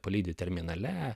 palydi terminale